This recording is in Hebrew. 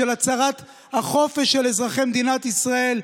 של הצרת החופש של אזרחי מדינת ישראל,